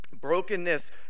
brokenness